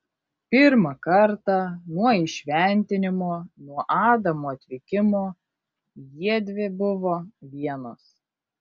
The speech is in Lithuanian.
pirmą kartą nuo įšventinimo nuo adamo atvykimo jiedvi buvo vienos